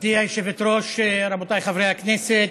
גברתי היושבת-ראש, רבותיי חברי הכנסת,